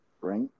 Right